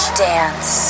dance